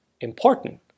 important